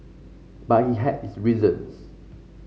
but he had his reasons